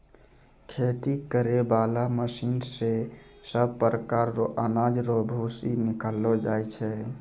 खेती करै बाला मशीन से सभ प्रकार रो अनाज रो भूसी निकालो जाय छै